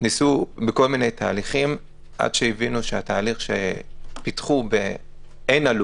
ניסו בכל מיני תהליכים עד שהבינו שהתהליך שפיתחו באין עלות,